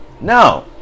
no